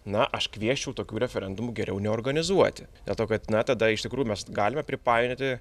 na aš kviesčiau tokių referendumų geriau neorganizuoti dėl to kad na tada iš tikrųjų mes galime pripainioti